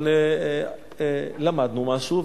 אבל למדנו משהו,